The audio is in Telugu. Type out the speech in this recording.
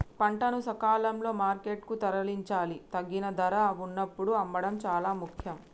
పంటను సకాలంలో మార్కెట్ కు తరలించాలి, తగిన ధర వున్నప్పుడు అమ్మడం చాలా ముఖ్యం